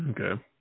Okay